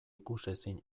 ikusezin